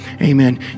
amen